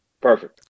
Perfect